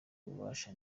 gufasha